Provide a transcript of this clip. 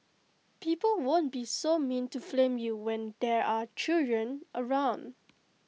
people won't be so mean to flame you when there are children around